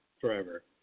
forever